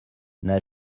n’a